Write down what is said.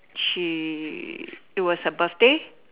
she it was her birthday